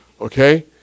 Okay